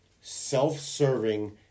self-serving